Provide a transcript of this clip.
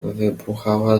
wybuchała